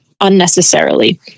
unnecessarily